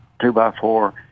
two-by-four